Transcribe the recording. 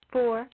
Four